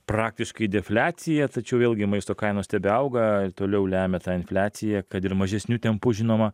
praktiškai defliaciją tačiau vėlgi maisto kainos tebeauga ir toliau lemia tą infliaciją kad ir mažesniu tempu žinoma